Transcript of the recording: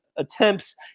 attempts